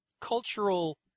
cultural